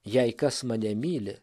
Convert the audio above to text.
jei kas mane myli